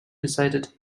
decided